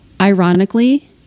Ironically